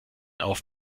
auf